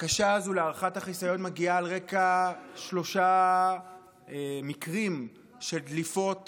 הבקשה הזו להארכת החיסיון מגיעה על רקע שלושה מקרים של דליפות